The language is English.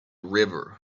river